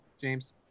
james